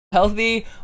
healthy